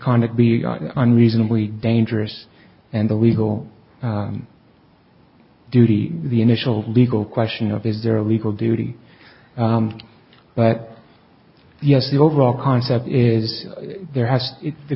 conduct be unreasonably dangerous and the legal duty the initial legal question of is there a legal duty but yes the overall concept is there has to